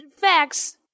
facts